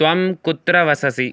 त्वं कुत्र वससि